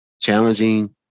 challenging